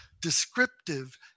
descriptive